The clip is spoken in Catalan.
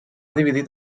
dividit